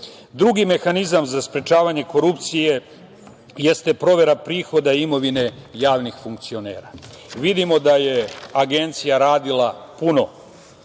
mehanizam za sprečavanje korupcije jeste provera prihoda imovine javnih funkcionera. Vidimo da je Agencija radila puno